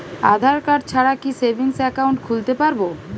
আধারকার্ড ছাড়া কি savings account খুলতে পারব?